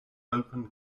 open